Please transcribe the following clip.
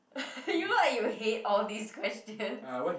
you look like you hate all these questions